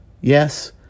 Yes